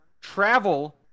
travel